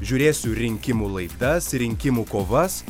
žiūrėsiu rinkimų laidas rinkimų kovas